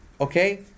Okay